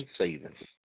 savings